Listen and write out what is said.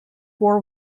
four